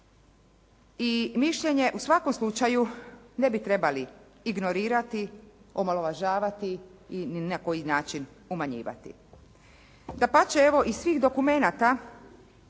i mišljenje u svakom slučaju ne bi trebali ignorirati, omalovažavati i ni na koji način umanjivati. Dapače, evo iz svih dokumenata